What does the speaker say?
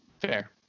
Fair